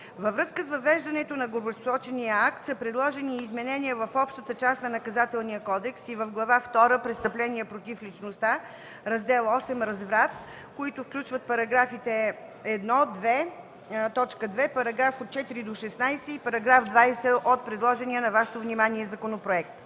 Във връзка с въвеждането на горепосочения акт са предложени изменения в общата част на Наказателния кодекс и в Глава втора – „Престъпления против личността”, Раздел VIII – „Разврат”, които включват § 1, т. 2, § 4-16 и § 20 от предложения на Вашето внимание законопроект.